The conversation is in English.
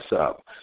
up